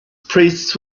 priests